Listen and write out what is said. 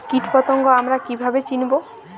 কীটপতঙ্গ আমরা কীভাবে চিনব?